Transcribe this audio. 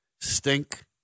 stink